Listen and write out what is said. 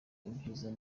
ibyiza